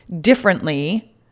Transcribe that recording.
differently